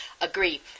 agree